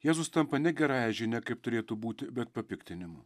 jėzus tampa ne gerąja žinia kaip turėtų būti bet papiktinimu